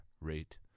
rate